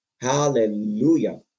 Hallelujah